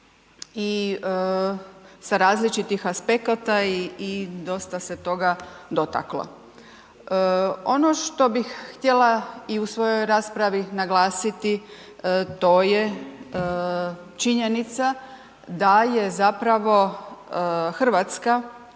i sa različitih aspekata i dosta se toga dotaklo. Ono što bih htjela i u svoj raspravi naglasiti to je činjenica da je zapravo Hrvatska